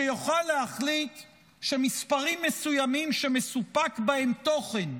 שיוכל להחליט שמספרים מסוימים, שמסופק בהם תוכן,